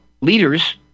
leaders